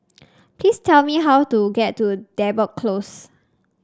please tell me how to get to Depot Close